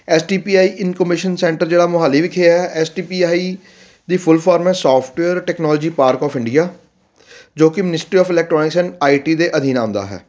S T P I information centre ਜਿਹੜਾ ਮੋਹਾਲੀ ਵਿਖੇ ਹੈ ਐਸ ਟੀ ਪੀ ਆਈ ਦੀ ਫੁੱਲ ਫੋਰਮ ਹੈ software technology park of India ਜੋ ਕਿ ministry of electronics and I T ਦੇ ਅਧੀਨ ਆਉਂਦਾ ਹੈ